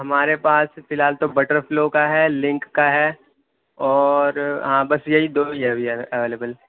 ہمارے پاس فی الحال تو بٹر فلو کا ہے لنک کا ہے اور ہاں بس یہی دو ہی ہے ابھی اویلیبل